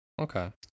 Okay